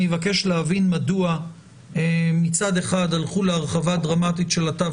שאני אבקש להבין מדוע מצד אחד הלכו להרחבה דרמטית של התו